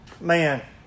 man